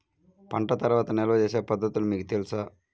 పంట తర్వాత నిల్వ చేసే పద్ధతులు మీకు తెలుసా?